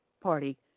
Party